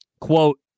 Quote